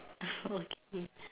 okay